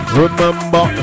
remember